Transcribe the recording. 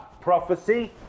prophecy